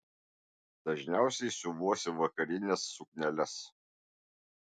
dažniausiai siuvuosi vakarines sukneles